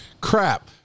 Crap